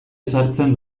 ezartzen